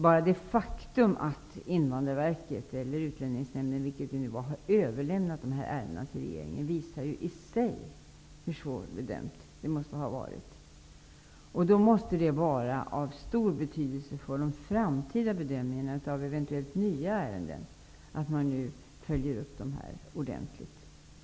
Bara det faktum att Invandrarverket eller Utlänningsnämnden, vilket det nu var, har överlämnat dessa ärenden till regeringen visar i sig hur svårbedömt det måste ha varit. Då måste det vara av stor betydelse för de framtida bedömningarna av eventuellt nya ärenden att man följer dessa ordentligt.